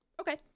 Okay